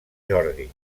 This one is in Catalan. jordi